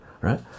right